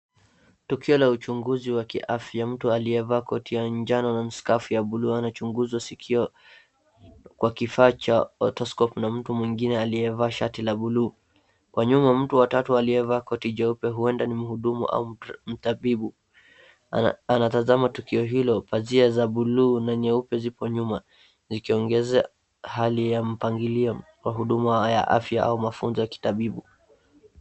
Tukio la uchunguzi wa kiafya, mtu aliyevaa koti ya njano na maskafu ya buluu anachunguzwa sikio kwa kifaa cha otoskopi, na mtu mwingine aliyevaa shati la buluu kwa nyuma, mtu wa tatu aliyevaa koti jeupe huenda ni mhudumu au mtabibu anatazama tukio hilo, pazia za buluu na nyeupe zipo nyuma, zikiongezea hali ya mpangilio kwa huduma ya afya au ya mafunzo kimatibabu.